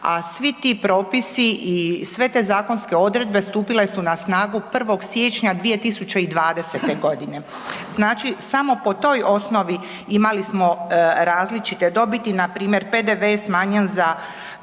a svi ti propisi i sve te zakonske odredbe stupile su na snagu 1. siječnja 2020. godine. Znači samo po toj osnovi imali smo različite dobit, npr. PDV je smanjen za